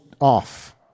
off